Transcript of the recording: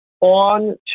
on